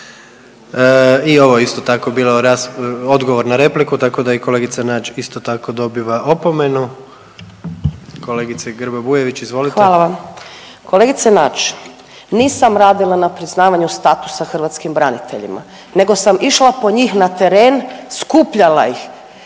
I ovo je isto tako bio odgovor na repliku tako da i kolegica Nađ isto tako dobiva opomenu. Kolegice Grba Bujević, izvolite. **Grba-Bujević, Maja (HDZ)** Kolegice Nađ, nisam radila na priznavanju statusa hrvatskim braniteljima nego sam išla po njih na teren, skupljala ih,